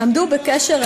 עמדו בקשר רציף,